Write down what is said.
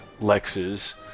Lex's